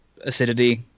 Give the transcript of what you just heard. acidity